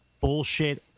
bullshit